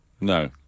No